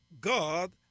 God